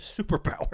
superpower